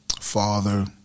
father